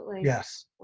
Yes